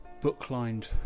book-lined